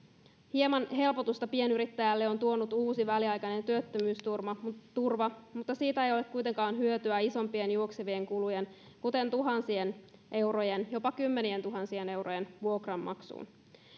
hieman helpotusta pienyrittäjälle on tuonut uusi väliaikainen työttömyysturva mutta siitä ei ole kuitenkaan hyötyä isompien juoksevien kulujen kuten tuhansien eurojen jopa kymmenientuhansien eurojen vuokran maksuun